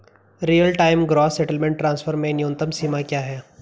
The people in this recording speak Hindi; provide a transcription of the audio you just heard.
Real time gross settlement transfer में न्यूनतम सीमा क्या है?